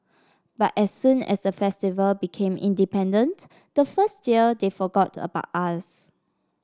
but as soon as the Festival became independent the first year they forgot about us